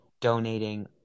donating